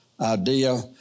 idea